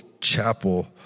chapel